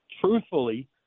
truthfully